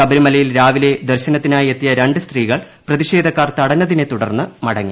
ശബരിമലയിൽ രാവിലെ ദർശനിത്തിനായി എത്തിയ രണ്ട് സ്ത്രീകൾ പ്രതിഷേധക്കാർ തട്ടഞ്ഞതിനെ തുടർന്ന് മടങ്ങി